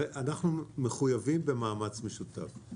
אנחנו מחויבים במאמץ משותף.